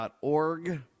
org